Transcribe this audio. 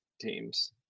teams